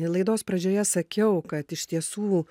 laidos pradžioje sakiau kad iš tiesų